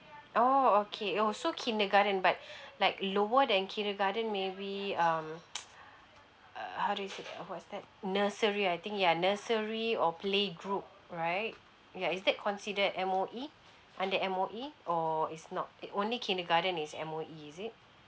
orh okay oh so kindergarten but like lower than kindergarten maybe um err how do you sa~ what's that nursery I think ya nursery or playgroup right ya is that considered M_O_E under M_O_E or is not eh only kindergarten is M_O_E is it